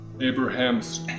Abraham's